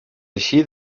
així